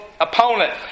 opponent